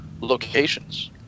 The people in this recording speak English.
locations